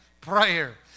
prayer